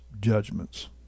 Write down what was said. judgments